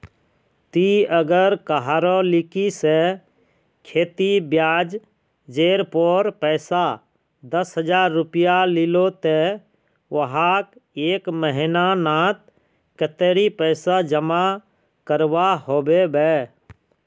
ती अगर कहारो लिकी से खेती ब्याज जेर पोर पैसा दस हजार रुपया लिलो ते वाहक एक महीना नात कतेरी पैसा जमा करवा होबे बे?